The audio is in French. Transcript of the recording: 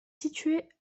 située